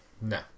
No